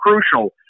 crucial